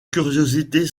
curiosités